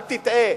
אל תטעה.